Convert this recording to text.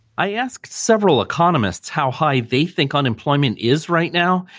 i asked several economists how high they think unemployment is right now.